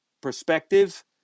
perspective